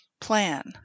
plan